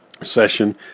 session